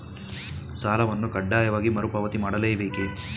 ಸಾಲವನ್ನು ಕಡ್ಡಾಯವಾಗಿ ಮರುಪಾವತಿ ಮಾಡಲೇ ಬೇಕೇ?